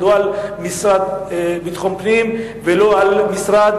לא על המשרד לביטחון פנים ולא על משרד